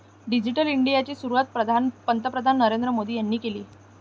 digital इंडियाची सुरुवात पंतप्रधान नरेंद्र मोदी यांनी केली